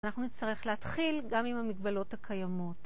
אנחנו נצטרך להתחיל גם עם המגבלות הקיימות.